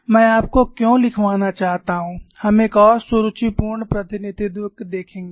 मैं आपको क्यों लिखवाना चाहता हूं हम एक और सुरुचिपूर्ण प्रतिनिधित्व देखेंगे